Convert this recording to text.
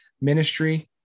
ministry